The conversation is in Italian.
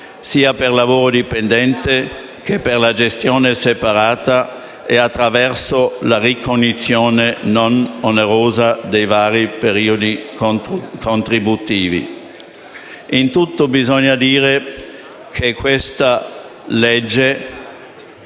sia per lavoro dipendente sia per la gestione separata, e attraverso la ricongiunzione non onerosa dei vari periodi contributivi. Bisogna dire che il disegno